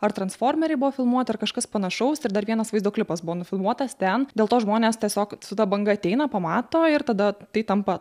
ar transformeriai buvo filmuoti ar kažkas panašaus ir dar vienas vaizdo klipas buvo nufilmuotas ten dėl to žmonės tiesiog su ta banga ateina pamato ir tada tai tampa